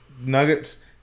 nuggets